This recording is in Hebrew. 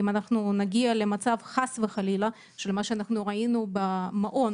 אם נגיע למצב חס וחלילה של מה שראינו במעון